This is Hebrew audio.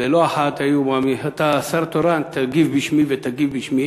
ולא אחת היו, אתה שר תורן, תגיב בשמי ותגיב בשמי.